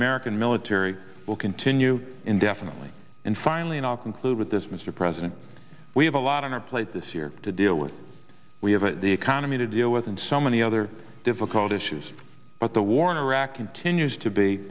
american military will continue indefinitely and finally in our conclude with this mr president we have a lot on our plate this year to deal with we have a economy to deal with and so many other difficult issues but the war in iraq continues to be